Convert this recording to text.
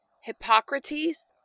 Hippocrates